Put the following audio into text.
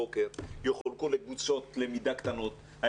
יחולקו לקבוצות למידה קטנות במרחבים הפתוחים.